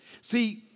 See